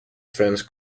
french